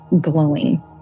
glowing